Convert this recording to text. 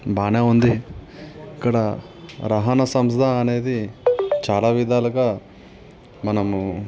బాగానే ఉంది ఇక్కడ రవాణా సంస్థ అనేది చాలా విధాలుగా మనము